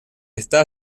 está